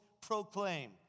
proclaim